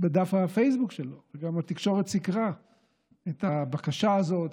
בדף הפייסבוק שלו וגם התקשורת סיקרה את הבקשה הזאת,